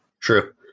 True